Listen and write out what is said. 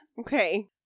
Okay